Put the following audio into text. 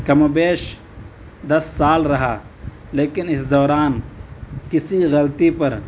کم و بیش دس سال رہا لیکن اس دوران کسی غلطی پر